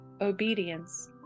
obedience